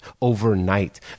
overnight